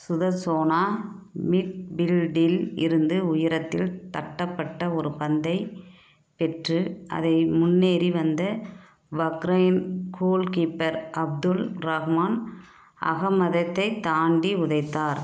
Sudarsono மிட்பில்டில் இருந்து உயரத்தில் தட்டப்பட்ட ஒரு பந்தை பெற்று அதை முன்னேறி வந்த பஹ்ரைன் கோல்கீப்பர் அப்துல் ரஹ்மான் அகமதத்தைத் தாண்டி உதைத்தார்